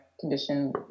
condition